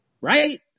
Right